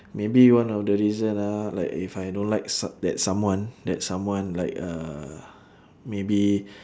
maybe one of the reason ah like if I don't like s~ that someone that someone like uh maybe